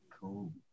Cool